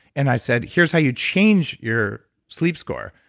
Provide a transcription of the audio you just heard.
and i said, here's how you change your sleep score.